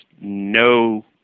no